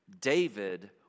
David